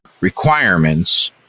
requirements